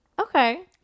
Okay